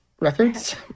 Records